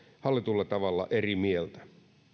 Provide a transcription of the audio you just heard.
hallitulla tavalla eri mieltä